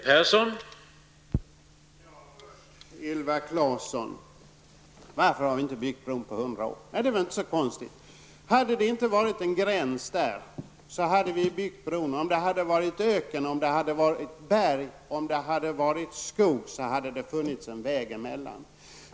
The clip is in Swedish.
Herr talman! Viola Claesson frågade varför vi inte har byggt bron under dessa hundra år. Det är inte så konstigt. Hade det inte varit en nationsgräns där hade vi byggt bron. Om det hade varit öken, berg eller skog hade det funnits en väg emellan.